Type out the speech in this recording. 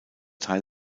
teil